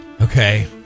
Okay